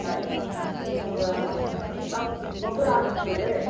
ಆಯ್ತು ರೀ ಈಗ ನಾ ನಾವು ಗೊಬ್ಬರ ಹಾಕ್ಬೇಕಲ್ರೀ